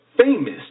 famous